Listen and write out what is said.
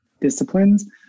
disciplines